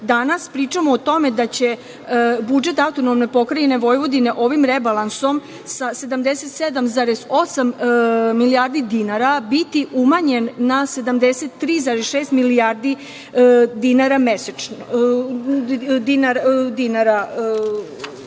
Danas pričamo o tome da će budžet AP Vojvodine ovim rebalansom sa 77,8 milijardi dinara biti umanjen na 73,6 milijardi dinara.